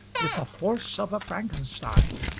with the force of a frankenstein,